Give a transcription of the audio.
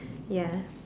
ya